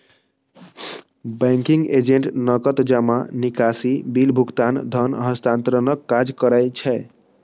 banking agent नकद जमा, निकासी, बिल भुगतान, धन हस्तांतरणक काज करै छै